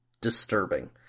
disturbing